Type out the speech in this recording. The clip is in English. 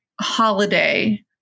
Holiday